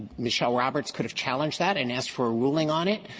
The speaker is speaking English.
michelle roberts could have challenged that and asked for a ruling on it.